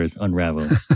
unravel